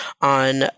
on